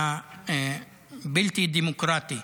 הבלתי-דמוקרטי,